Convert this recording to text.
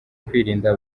kwirinda